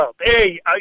Hey